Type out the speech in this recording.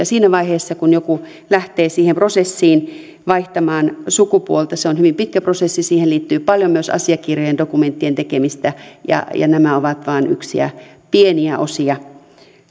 siinä vaiheessa kun joku lähtee siihen prosessiin vaihtamaan sukupuolta se on hyvin pitkä prosessi siihen liittyy paljon myös asiakirjojen dokumenttien tekemistä ja nämä naimattomuus ja lisääntymiskyvyttömyysasiat ovat vain yksiä pieniä osia